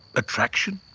attraction,